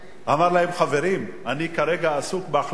אמר להם: חברים, אני כרגע עסוק בהחלטות באו"ם,